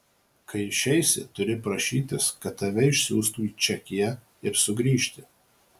kai išeisi turi prašytis kad tave išsiųstų į čekiją ir sugrįžti